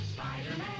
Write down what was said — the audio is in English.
Spider-Man